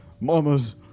Mamas